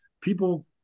people